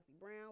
Brown